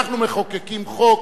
אנחנו מחוקקים חוק,